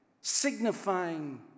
signifying